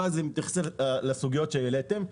והיא מתייחסת לסוגיות שהעליתם.